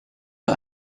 bei